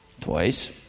twice